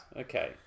Okay